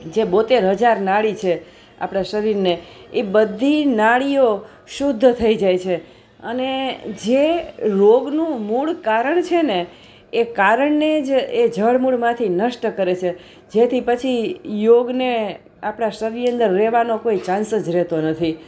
જે બોંતેર હજાર નાડી છે આપણાં શરીરને એ બધી નાડીઓ શુદ્ધ થઈ જાય છે અને જે રોગનું મૂળ કારણ છે ને એ કારણને જ એ જડમૂળમાંથી નષ્ટ કરે છે જેથી પછી યોગને આપણાં શરીર અંદર રહેવાનો કોઈ ચાન્સ જ રહેતો નથી